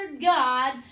God